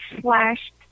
slashed